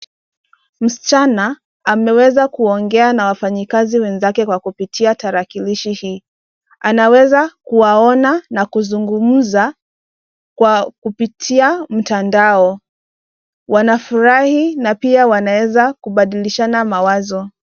Msichana ameweza kuongea na wafanyikazi wenzake kwa kupitia tarakilishi hii, Anaweza kuwaona na kuzungumza kwa kupitia mtandao. Wanafurahi na pia wanaweza kubadilishana mawazo.